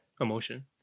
Emotion